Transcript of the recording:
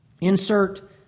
insert